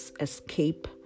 escape